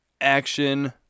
action